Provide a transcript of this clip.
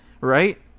Right